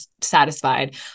satisfied